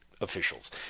officials